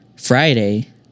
friday